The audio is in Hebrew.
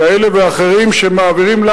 כאלה ואחרים,